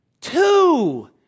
Two